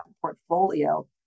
portfolio